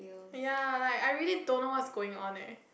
ya like I really don't know what's going on eh